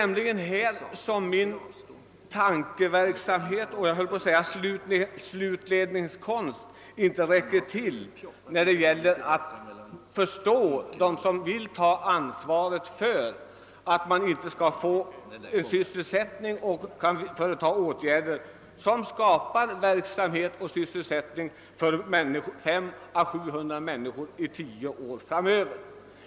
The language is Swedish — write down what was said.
Min tankeverksamhet och slutledningsförmåga räcker faktiskt inte till när det gäller att förstå dem som inte vill ta ansvaret då vi nu har möjlighet att skapa sysselsättning för 500 å 700 människor i tio år framöver.